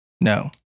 No